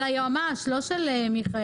של היועץ המשפטי, לא של מיכאל.